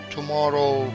Tomorrow